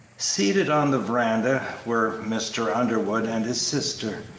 seated on the veranda were mr. underwood and his sister,